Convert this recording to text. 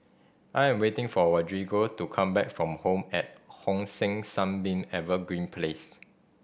I am waiting for Rodrigo to come back from Home at Hong San Sunbeam Evergreen Place